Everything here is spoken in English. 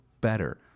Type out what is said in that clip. better